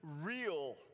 real